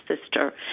sister